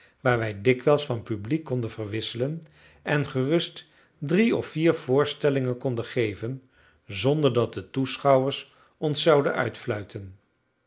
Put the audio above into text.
waar wij dikwijls van publiek konden verwisselen en gerust drie of vier voorstellingen konden geven zonder dat de toeschouwers ons zouden uitfluiten